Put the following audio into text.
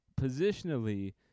positionally